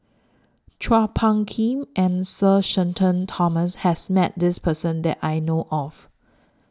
Chua Phung Kim and Sir Shenton Thomas has Met This Person that I know of